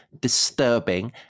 disturbing